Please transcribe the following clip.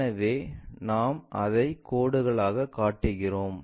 எனவே நாங்கள் அதை கோடுகளால் காட்டுகிறோம்